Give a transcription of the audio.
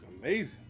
amazing